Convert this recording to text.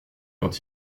quand